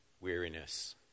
weariness